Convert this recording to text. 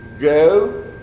go